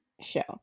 show